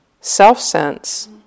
self-sense